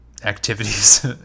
activities